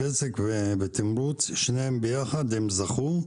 בבזק ובתמרוץ, שניהם ביחד זכו.